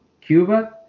Cuba